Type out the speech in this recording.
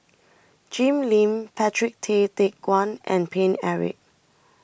Jim Lim Patrick Tay Teck Guan and Paine Eric